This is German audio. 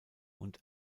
und